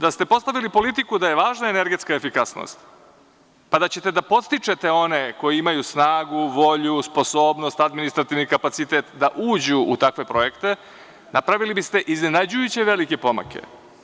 Da ste postavili politiku da je važna energetska efikasnost, pa da ćete da podstičete one koji imaju snagu, volju, sposobnost, administrativni kapacitet da uđu u takve projekte, napravili bi ste iznenađujuće velike pomake.